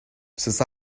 since